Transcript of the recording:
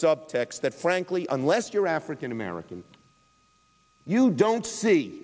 subtext that frankly unless you're african american you don't see